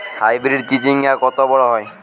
Hybrid চিচিংঙ্গা কত বড় হয়?